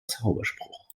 zauberspruch